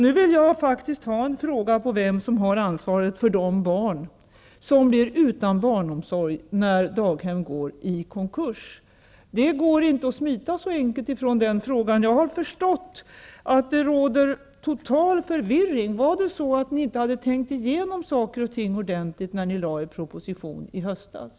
Nu vill jag faktiskt ha svar på frågan vem som har ansvaret för de barn som blir utan barnomsorg när daghem går i konkurs. Det går inte att smita så enkelt från den frågan som Bengt Westerberg försökte göra. Jag har förstått att det råder total förvirring. Hade ni inte tänkt igenom saker och ting ordentligt när ni lade fram er proposition i höstas?